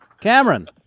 Cameron